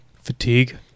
fatigue